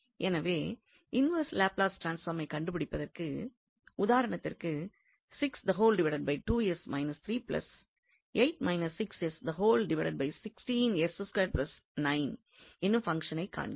எனவே inverse Laplace ட்ரான்ஸ்பார்மைக் கண்டுபிடிப்பதற்கு உதாரணத்திற்கு என்னும் பங்ஷனைக் காண்கிறோம்